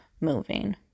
moving